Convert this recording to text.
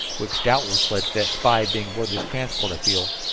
which doubtless led to that spy being aboard this transport. i feel